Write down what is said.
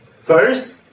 first